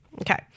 Okay